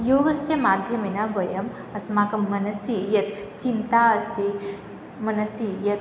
योगस्य माध्यमेन वयम् अस्माकं मनसि या चिन्ता अस्ति मनसि यत्